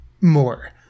more